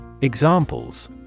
Examples